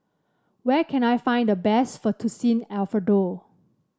where can I find the best Fettuccine Alfredo